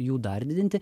jų dar didinti